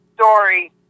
story